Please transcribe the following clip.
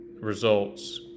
results